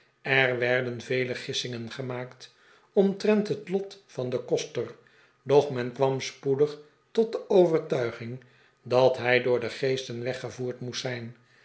er werden vele gissingen gemaakt omtrent het lot van den koster doch men kwam spoedig tot de overtuiging dat hij door de geesten weggevoerd moest zijn